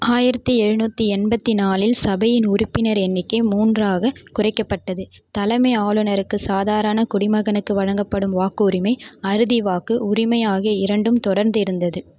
ஆயிரத்தி எழுநூற்றி எண்பத்தி நாலில் சபையின் உறுப்பினர் எண்ணிக்கை மூன்றாகக் குறைக்கப்பட்டது தலைமை ஆளுநருக்குச் சாதாரண குடிமகனுக்கு வழங்கப்படும் வாக்கு உரிமை அறுதி வாக்கு உரிமை ஆகிய இரண்டும் தொடர்ந்து இருந்தது